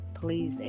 please